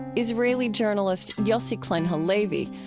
israeli journalist yossi klein halevi.